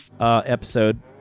episode